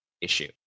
issue